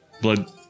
Blood